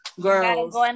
girls